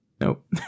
nope